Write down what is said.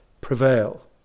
prevail